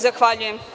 Zahvaljujem.